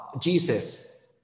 Jesus